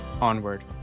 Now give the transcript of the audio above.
Onward